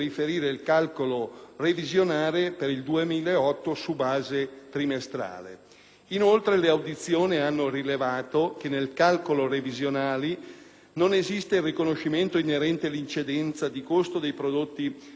Inoltre, le audizioni hanno rilevato che nel calcolo revisionale non esiste il riconoscimento inerente l'incidenza di costo dei prodotti petroliferi e dell'energia che, come è noto, hanno subito notevoli incrementi.